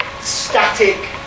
static